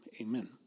Amen